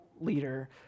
leader